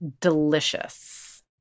Delicious